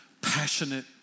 passionate